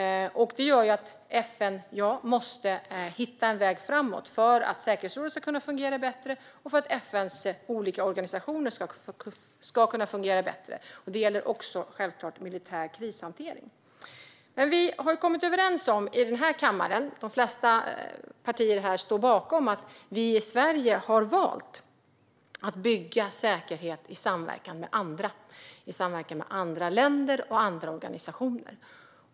Det gör att FN måste hitta en väg framåt för att säkerhetsrådet och FN:s olika organisationer ska kunna fungera bättre. Det gäller självklart också militär krishantering. Vi har kommit överens här i kammaren, och de flesta partier står bakom det. Vi i Sverige har valt att bygga säkerhet i samverkan med andra länder och andra organisationer.